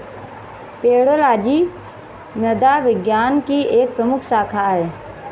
pedology मृदा विज्ञान की एक प्रमुख शाखा है